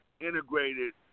integrated